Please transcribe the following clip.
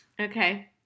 Okay